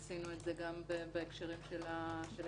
עשינו את זה גם בהקשרים של התיישנות.